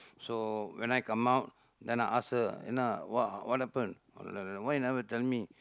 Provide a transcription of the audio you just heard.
so when I come out then I ask her என்னா:ennaa uh what happen ஒன்னும் இல்ல:onnum illa why you never tell me